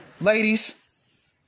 ladies